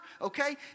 okay